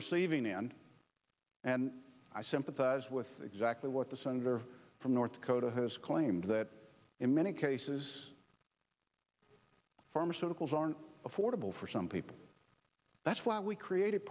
receiving end and i sympathize with exactly what the senator from north dakota has claimed that in many cases pharmaceuticals aren't affordable for some people that's why we created